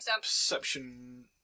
perception